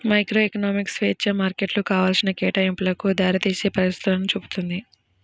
microeconomics స్వేచ్ఛా మార్కెట్లు కావాల్సిన కేటాయింపులకు దారితీసే పరిస్థితులను చూపుతుంది